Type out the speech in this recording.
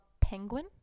Penguin